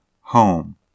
Home